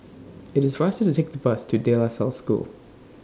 IT IS faster to Take The Bus to De La Salle School